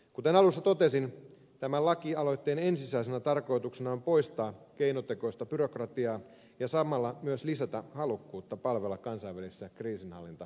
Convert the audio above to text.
kuten alussa totesin tämän lakialoitteen ensisijaisena tarkoituksena on poistaa keinotekoista byrokratiaa ja samalla myös lisätä halukkuutta palvella kansainvälisissä kriisinhallintajoukoissa